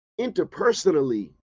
interpersonally